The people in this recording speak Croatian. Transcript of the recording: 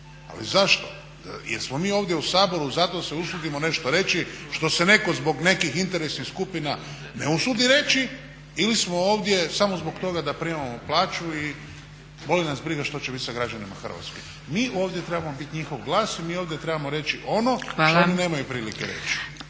Ali zašto, jel smo mi ovdje u Saboru zato da se usudimo nešto reći što se netko zbog nekih interesnih skupina ne usudi reći ili smo ovdje samo zbog toga da primamo plaću i boli nas briga što će bit sa građanima Hrvatske. Mi ovdje trebamo bit njihov glas i mi ovdje trebamo reći ono što oni nemaju prilike reći.